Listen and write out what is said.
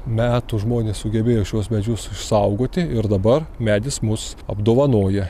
metų žmonės sugebėjo šiuos medžius išsaugoti ir dabar medis mus apdovanoja